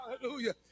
Hallelujah